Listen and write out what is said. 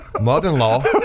mother-in-law